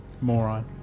Moron